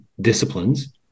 disciplines